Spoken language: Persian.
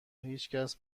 هیچکس